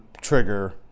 trigger